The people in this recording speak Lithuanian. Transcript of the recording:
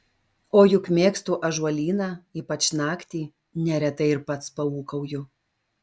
o juk mėgstu ąžuolyną ypač naktį neretai ir pats paūkauju